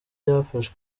bafashe